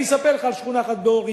אני אספר לך על שכונה אחת באור-יהודה.